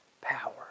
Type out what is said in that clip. power